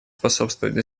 способствовать